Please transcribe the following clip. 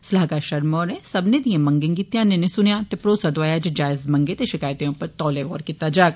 सलाहकार शर्मा होरें सब्बनें दियें मंगें गी ध्यानै नै सुनेया ते भरोसा दोआया जे जायज मंगें ते शकैतें उप्पर तौले गौर कीता जाग